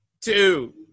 two